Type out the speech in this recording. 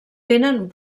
tenen